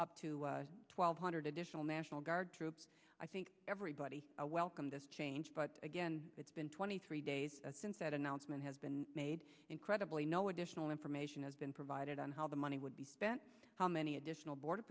up to twelve hundred additional national guard troops i think everybody welcome this change but again it's been twenty three days since that announcement has been made incredibly no additional information has been provided on how the money would be spent how many additional border